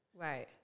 Right